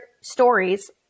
stories